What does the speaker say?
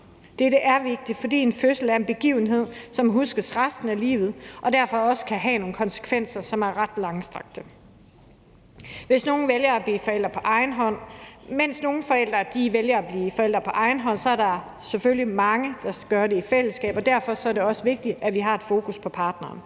Dette er vigtigt, fordi en fødsel er en begivenhed, som huskes resten af livet og derfor også kan have nogle konsekvenser, som er ret langstrakte. Mens nogle vælger at blive forældre på egen hånd, er der selvfølgelig mange, der gør det i fællesskab, og derfor er det også vigtigt, at vi har et fokus på partneren.